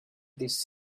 this